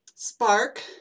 spark